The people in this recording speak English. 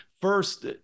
first